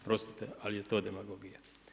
Oprostite ali je to demagogija.